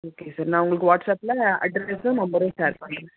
okay sir நான் உங்களுக்கு வாட்ஸப்பில் அட்ரஸும் நம்பரும் ஷேர் பண்ணுறேன் சார்